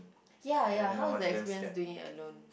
ya ya how is the experience doing it alone